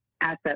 asset